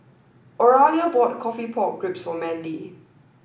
Oralia bought coffee pork ribs for Mandy